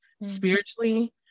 spiritually